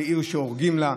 ירושלים היא עיר שעורגים לה,